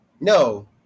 No